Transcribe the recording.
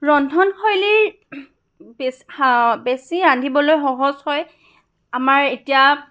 ৰন্ধনশৈলীৰ বেছি বেছি ৰান্ধিবলৈ সহজ হয় আমাৰ এতিয়া